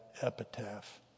epitaph